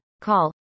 call